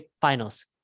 Finals